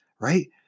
right